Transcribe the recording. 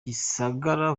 gisagara